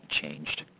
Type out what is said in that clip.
changed